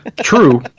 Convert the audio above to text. True